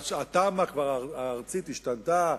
התמ"א הארצית השתנתה,